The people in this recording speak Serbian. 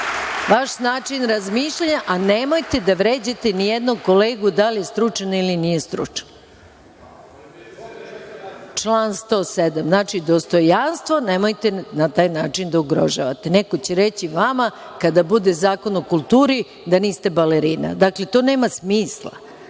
vaš način razmišljanja, a nemojte da vređate ni jednog kolega da li je stručan ili nije stručan. Član 107. dostojanstvo, znači nemojte na taj način da ugrožavate. Neko će reći vama kada bude zakon o kulturi da niste balerina. Dakle, to nema smisla.